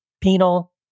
penal